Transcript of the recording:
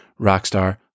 Rockstar